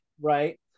right